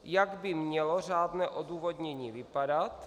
Jak by mělo řádné odůvodnění vypadat?